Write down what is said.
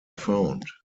found